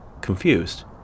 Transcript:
confused